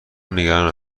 نگران